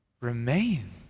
remain